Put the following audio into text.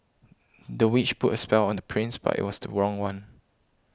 the witch put a spell on the prince but it was the wrong one